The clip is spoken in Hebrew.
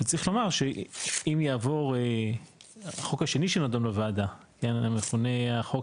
עכשיו צריך לומר שאם יעבור החוק השני שנדון בוועדה המכונה החוק